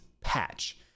patch